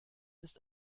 ist